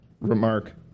remark